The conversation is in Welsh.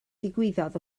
ddigwyddodd